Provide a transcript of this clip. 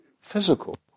physical